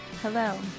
hello